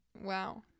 Wow